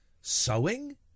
sewing